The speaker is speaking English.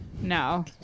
no